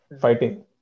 fighting